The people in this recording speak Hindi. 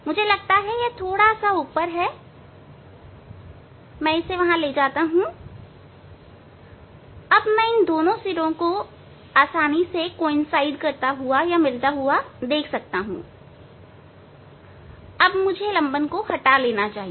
मुझे लगता है कि यह थोड़ा सा ऊपर है मैं इसे ले जाता हूं हां अब मैं दोनों सिरों को मिलता हुआ देख सकता हूं अब मुझे लंबन हटा देना चाहिए